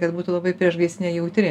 kad būtų labai priešgaisrinė jautri